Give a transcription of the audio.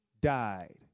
died